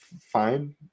fine